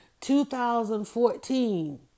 2014